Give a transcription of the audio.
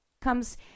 comes